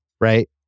right